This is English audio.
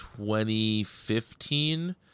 2015